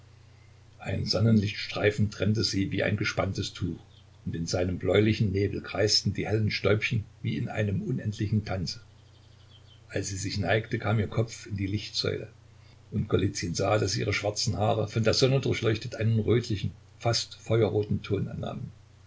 ein sonnenlichtstreifen trennte sie wie ein gespanntes tuch und in seinem bläulichen nebel kreisten die hellen stäubchen wie in einem unendlichen tanze als sie sich neigte kam ihr kopf in die lichtsäule und golizyn sah daß ihre schwarzen haare von der sonne durchleuchtet einen rötlichen fast feuerroten ton annahmen